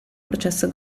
processo